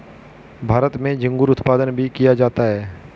भारत में झींगुर उत्पादन भी किया जाता है